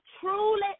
truly